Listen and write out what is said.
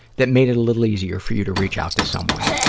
that made it a little easier for you to reach out to someone,